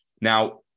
now